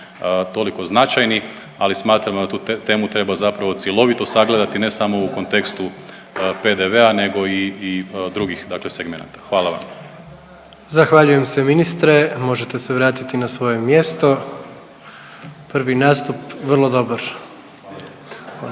toliko značajni. Ali smatram da tu temu treba zapravo cjelovito sagledati, ne samo u kontekstu PDV-a nego i drugih segmenata. Hvala vam. **Jandroković, Gordan (HDZ)** Zahvaljujem se ministre, možete se vratiti na svoje mjesto. Prvi nastup vrlo dobar. Idemo